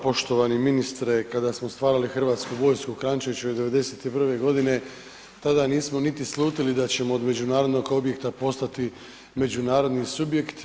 Poštovani ministre kada smo stvarali Hrvatsku vojsku u Kranjčevićevoj '91. godine tada nismo niti slutili da ćemo od međunarodnog objekta postati međunarodni subjekt.